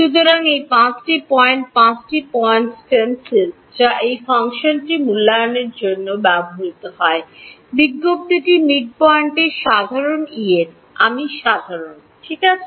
সুতরাং এই পাঁচটি পয়েন্ট পাঁচটি পয়েন্ট স্টেনসিল যা এই ফাংশনটি মূল্যায়নের জন্য ব্যবহৃত হয় বিজ্ঞপ্তিটি মিডপয়েন্টটি সাধারণ En আমি সাধারণ ঠিক আছে